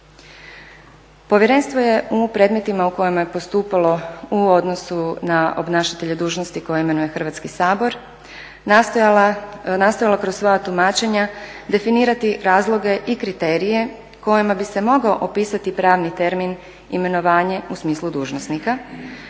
Povjerenstvo je u predmetima u kojima je postupalo u odnosu na obnašatelje dužnosti koje imenuje Hrvatski sabor nastojalo kroz svoja tumačenja definirati razloge i kriterije kojima bi se mogao opisati pravni termin imenovanje u smislu dužnosnika,